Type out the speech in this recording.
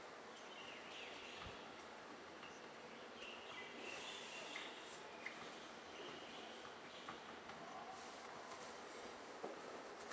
I